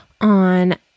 on